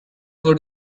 would